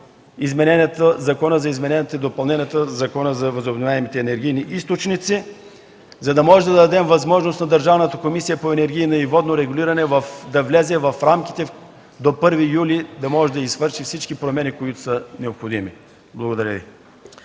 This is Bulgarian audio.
Закона за изменение и допълнение на Закона за възобновяемите енергийни източници, за да можем да дадем възможност на Държавната комисия по енергийно и водно регулиране до 1 юли да може да извърши всички промени, които са необходими. Благодаря Ви.